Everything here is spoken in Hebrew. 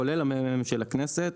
כולל ה-מ.מ.מ של הכנסת,